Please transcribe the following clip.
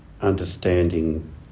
understanding